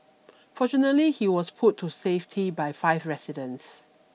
fortunately he was pulled to safety by five residents